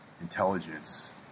intelligence